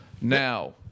Now